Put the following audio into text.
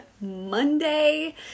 Monday